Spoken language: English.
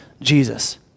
Jesus